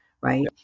right